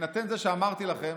בהינתן מה שאמרתי לכם,